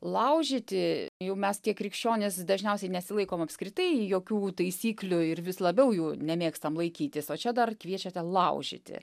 laužyti jau mes tie krikščionys dažniausiai nesilaikom apskritai jokių taisyklių ir vis labiau jų nemėgstam laikytis o čia dar kviečiate laužyti